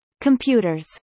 computers